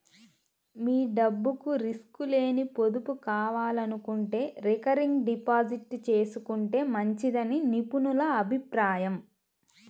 మీ డబ్బుకు రిస్క్ లేని పొదుపు కావాలనుకుంటే రికరింగ్ డిపాజిట్ చేసుకుంటే మంచిదని నిపుణుల అభిప్రాయం